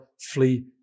flee